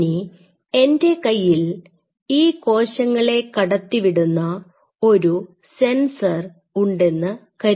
ഇനി എൻറെ കയ്യിൽ ഈ കോശങ്ങളെ കടത്തിവിടുന്ന ഒരു സെൻസർ ഉണ്ടെന്നു കരുതുക